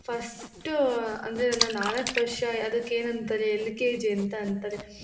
first ಅಂದರೆ ನಾ ನಾಲ್ಕು ವರ್ಷ ಅದಕ್ಕೆ ಏನಂತಾರೆ ಎಲ್ ಕೆ ಜಿ ಅಂತ ಅಂತಾರೆ